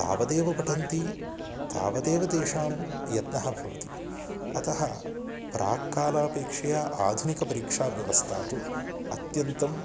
तावदेव पठन्ति तावदेव तेषां यत्नः भवति अतः प्राक्कालापेक्षया आधुनिकपरिक्षाव्यवस्था तु अत्यन्तम्